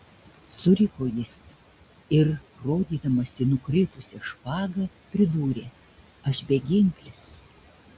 suriko jis ir rodydamas į nukritusią špagą pridūrė aš beginklis